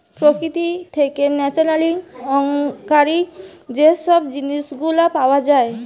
প্রকৃতি থেকে naturally occurring যে সব জিনিস গুলা পাওয়া যায়